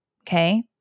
Okay